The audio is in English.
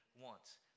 wants